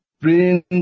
bring